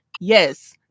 Yes